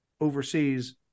overseas